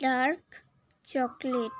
dark chocolate